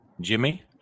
Jimmy